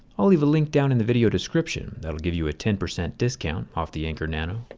i'll leave a link down in the video description that will give you a ten percent discount off the anker nano.